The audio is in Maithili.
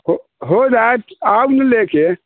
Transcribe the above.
हो जाइत आउ ने लऽ कऽ